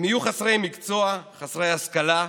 הם יהיו חסרי מקצוע, חסרי השכלה,